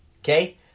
Okay